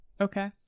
Okay